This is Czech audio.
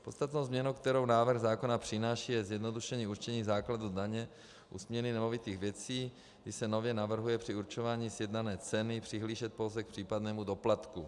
Podstatnou změnou, kterou návrh zákona přináší, je zjednodušení určení základu daně u směny nemovitých věcí, kdy se nově navrhuje při určování sjednané ceny přihlížet pouze k případnému doplatku.